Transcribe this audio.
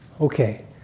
Okay